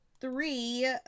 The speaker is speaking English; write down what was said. three